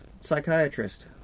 psychiatrist